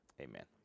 amen